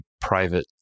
private